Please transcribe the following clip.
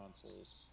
consoles